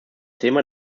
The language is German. thema